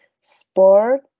sport